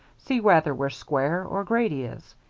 see whether we're square, or grady is.